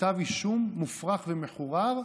כתב אישום מופרך ומחורר,